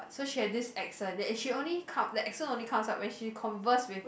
so she had this accent that she only come that accent only comes up when she converse with